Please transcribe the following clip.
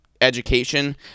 education